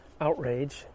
outrage